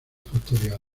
posteriores